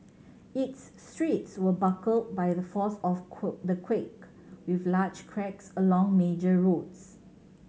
its streets were buckled by the force of the quake with large cracks along major roads